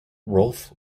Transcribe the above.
rolf